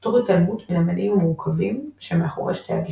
תוך התעלמות מן המניעים המורכבים שמאחורי שתי הגישות.